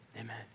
amen